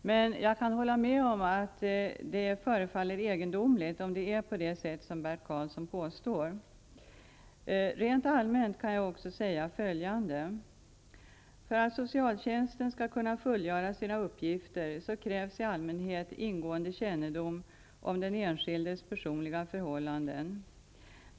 Men jag kan hålla med om att det förefaller egendomligt om det är på det sätt som Bert Karlsson påstår. Rent allmänt kan jag också säga följande. För att socialtjänsten skall kunna fullgöra sina uppgifter krävs i allmänhet ingående kännedom om den enskildes personliga förhållanden.